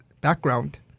background